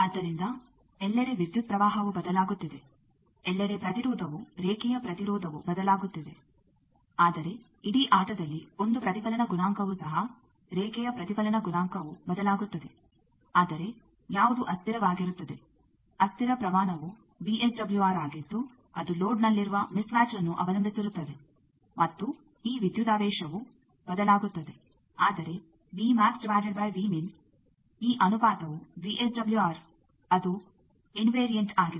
ಆದ್ದರಿಂದ ಎಲ್ಲೆಡೆ ವಿದ್ಯುತ್ ಪ್ರವಾಹವು ಬದಲಾಗುತ್ತಿದೆ ಎಲ್ಲೆಡೆ ಪ್ರತಿರೋಧವು ರೇಖೆಯ ಪ್ರತಿರೋಧವು ಬದಲಾಗುತ್ತಿದೆ ಆದರೆ ಇಡೀ ಆಟದಲ್ಲಿ ಒಂದು ಪ್ರತಿಫಲನ ಗುಣಾಂಕವೂ ಸಹ ರೇಖೆಯ ಪ್ರತಿಫಲನ ಗುಣಾಂಕವೂ ಬದಲಾಗುತ್ತದೆ ಆದರೆ ಯಾವುದು ಅಸ್ತಿರವಾಗಿರುತ್ತದೆ ಅಸ್ಥಿರ ಪ್ರಮಾಣವು ವಿಎಸ್ಡಬ್ಲ್ಯೂಆರ್ ಆಗಿದ್ದು ಅದು ಲೋಡ್ನಲ್ಲಿರುವ ಮಿಸ್ ಮ್ಯಾಚ್ಅನ್ನು ಅವಲಂಬಿಸಿರುತ್ತದೆ ಮತ್ತು ಈ ವಿದ್ಯುದಾವೇಶವು ಬದಲಾಗುತ್ತದೆ ಆದರೆ ಈ ಅನುಪಾತವು ವಿಎಸ್ಡಬ್ಲ್ಯೂಆರ್ ಅದು ಇನ್ವೇರಿಯೆಂಟ್ ಆಗಿದೆ